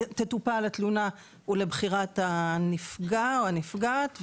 תטופל התלונה הוא לבחירת הנפגע או הנפגעת,